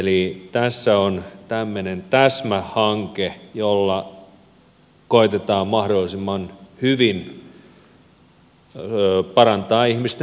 eli tässä on tämmöinen täsmähanke jolla koetetaan mahdollisimman hyvin parantaa ihmisten turvallisuutta